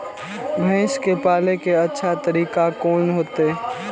भैंस के पाले के अच्छा तरीका कोन होते?